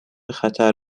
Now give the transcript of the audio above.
خطر